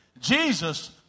Jesus